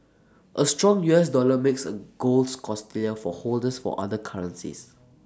A strong U S dollar makes A golds costlier for holders for other currencies